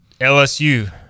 LSU